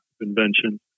invention